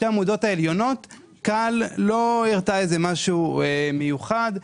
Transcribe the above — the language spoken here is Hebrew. כאל לא הראתה משהו מיוחד.